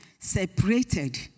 separated